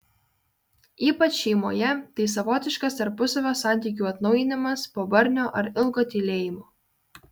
ypač šeimoje tai savotiškas tarpusavio santykių atnaujinimas po barnio ar ilgo tylėjimo